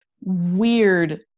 weird